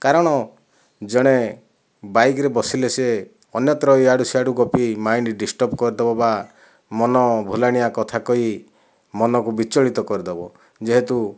କାରଣ ଜଣେ ବାଇକରେ ବସିଲେ ସିଏ ଅନ୍ୟତ୍ର ଇଆଡ଼ୁ ସେଆଡ଼ୁ ଗପି ମାଇଣ୍ଡ ଡିଷ୍ଟର୍ବ କରିଦେବ ବା ମନ ଭୂଲାଣିଆ କଥା କହି ମନକୁ ବିଚଳିତ କରିଦେବ ଯେହେତୁ